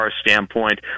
standpoint